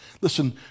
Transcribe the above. Listen